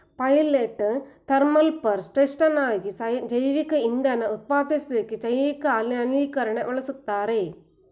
pilot thermal power ಸ್ಟೇಷನ್ಗಾಗಿ ಜೈವಿಕಇಂಧನನ ಉತ್ಪಾದಿಸ್ಲು ಜೈವಿಕ ಅನಿಲೀಕರಣಕ್ಕೆ ಬಳುಸ್ತಾರೆ